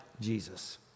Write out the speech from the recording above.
Jesus